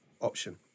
option